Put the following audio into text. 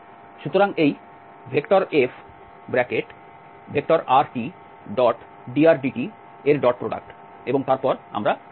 সুতরাং এই Frtdrdt এর ডট প্রোডাক্ট এবং তারপর আমরা সমাকলন বা t করতে পারি